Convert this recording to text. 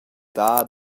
dar